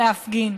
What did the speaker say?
להפגין.